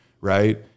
right